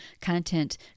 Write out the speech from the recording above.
content